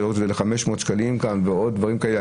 להוריד את זה ל-500 שקלים ועוד דברים כאלה,